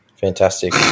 Fantastic